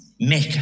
make